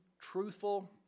truthful